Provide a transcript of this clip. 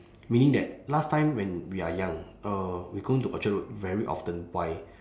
meaning that last time when we are young uh we go into orchard road very often why